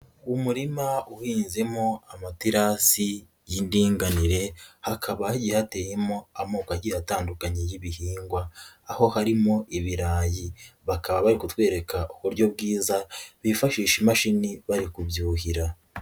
Umurima uhinzemo amaterasi y'indinganire hakaba yateyemo amoko agi atandukanye y'ibihingwa, aho harimo ibirayi, bakaba bari kutwereka uburyo bwiza bifashisha imashini bari kubyuhira.